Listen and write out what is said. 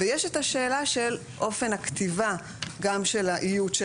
ויש את השאלה של אופן הכתיבה של האיות של